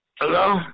Hello